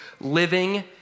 living